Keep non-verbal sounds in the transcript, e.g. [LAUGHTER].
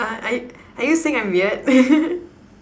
uh I I are you saying I'm weird [LAUGHS]